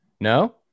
No